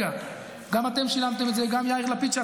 זה 350 מיליון.